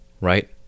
right